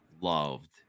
loved